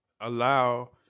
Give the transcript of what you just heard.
Allow